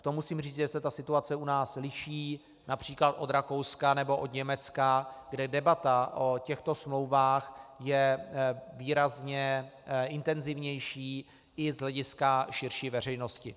V tom musím říct, že se situace u nás u nás liší například od Rakouska nebo od Německa, kde debata o těchto smlouvách je výrazně intenzivnější i z hlediska širší veřejnosti.